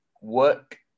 work